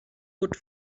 hood